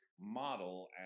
model